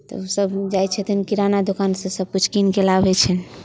तऽ ओसभ जाइत छथिन किराना दोकानसँ सभ किछु कीन कऽ लाबैत छै